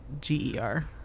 G-E-R